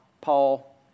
Paul